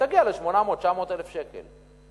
תגיע ל-800,000 900,000 שקל.